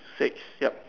six yup